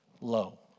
low